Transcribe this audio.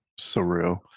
surreal